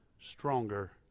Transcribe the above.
stronger